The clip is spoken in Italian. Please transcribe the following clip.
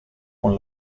con